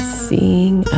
seeing